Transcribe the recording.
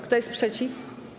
Kto jest przeciw?